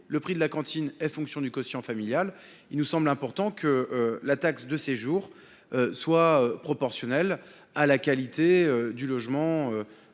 le prix de la cantine est fonction du quotient familial. Dès lors, il semble important que la taxe de séjour soit proportionnelle à la qualité du logement